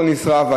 הכול נשרף,